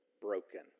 broken